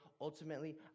ultimately